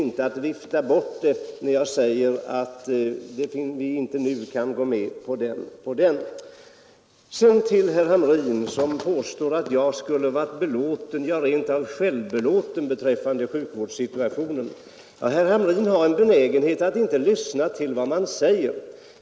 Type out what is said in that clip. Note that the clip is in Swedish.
När jag säger att vi nu inte kan gå med på en sådan, viftar jag inte alls bort frågan. Herr Hamrin påstår att jag skulle vara belåten, ja rent av självbelåten, beträffande sjukvårdssituationen. Herr Hamrin har en benägenhet att inte lyssna till vad man säger.